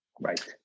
Right